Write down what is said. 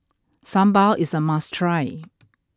Sambar is a must try